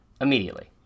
Immediately